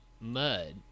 mud